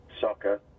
Soccer